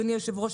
אדוני היושב-ראש,